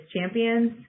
champions